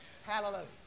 Hallelujah